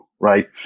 right